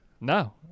No